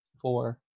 Four